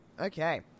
Okay